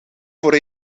voor